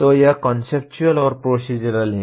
तो यह कॉन्सेप्चुअल और प्रोसीज़रल है